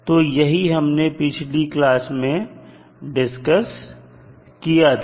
तो यही हमने पिछली क्लास में डिस्कस किया था